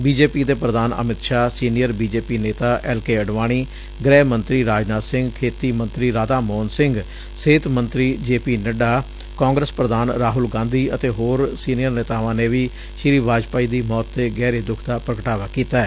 B J P ਦੇ ਪ੍ਰਧਾਨ Amit Shah senior B J P ਨੇਤਾ ਐਲ ਕੇ ਅਡਵਾਨੀ ਗ੍ਰਹਿ ਮੰਤਰੀ ਰਾਜਨਾਥ ਸਿੰਘ ਖੇਡੀ ਮੰਤਰੀ ਰਾਧਾ ਮੋਹਨ ਸਿੰਘ ਸਿਹਤ ਮੰਤਰੀ ਜੇ ਪੀ ਨੱਢਾ ਕਾਂਗਰਸ ਪੁਧਾਨ ਰਾਹੁਲ ਗਾਂਧੀ ਅਤੇ ਹੋਰ ਸੀਨੀਅਰ ਨੇਤਾਵਾਂ ਨੇ ਵੀ ਸ੍ਸੀ ਵਾਜਪਾਈ ਦੀ ਸੌਤ ਤੇ ਗਹਿਰੇ ਦੁੱਖ ਦਾ ਪ੍ਰਗਟਾਵਾ ਕੀਤੈ